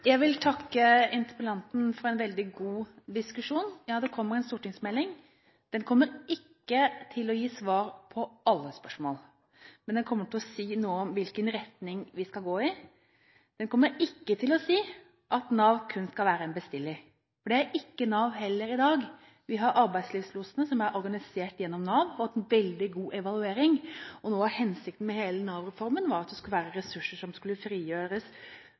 Jeg vil takke interpellanten for en veldig god diskusjon. Ja, det kommer en stortingsmelding. Den kommer ikke til å gi svar på alle spørsmål, men den kommer til å si noe om hvilken retning vi skal gå i. Den kommer ikke til å si at Nav kun skal være en bestiller, for det er ikke Nav heller i dag. Vi har arbeidslivslosene, som er organisert gjennom Nav og har fått veldig god evaluering, og noe av hensikten med hele Nav-reformen var at det skulle være ressurser som skulle frigjøres